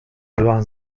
byłam